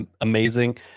Amazing